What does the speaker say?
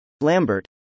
Lambert